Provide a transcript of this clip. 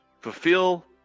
fulfill